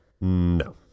No